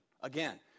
again